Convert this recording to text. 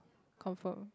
confirm